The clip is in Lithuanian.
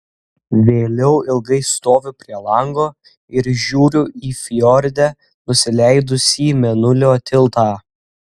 vėliau ilgai stoviu prie lango ir žiūriu į fjorde nusileidusį mėnulio tiltą